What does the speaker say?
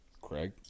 Craig